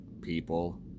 People